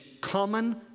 common